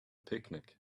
picnic